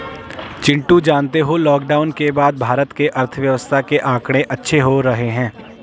चिंटू जानते हो लॉकडाउन के बाद भारत के अर्थव्यवस्था के आंकड़े अच्छे हो रहे हैं